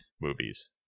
movies